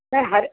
हर